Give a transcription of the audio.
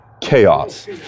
chaos